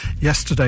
yesterday